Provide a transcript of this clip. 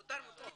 מותר, מותר.